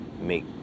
make